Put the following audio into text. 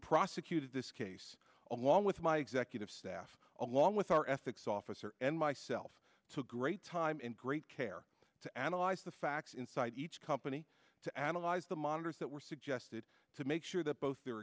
prosecuted this case along with my executive staff along with our ethics officer and myself to great time and great care to analyze the facts inside each company to analyze the monitors that were suggested to make sure that both their